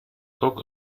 cock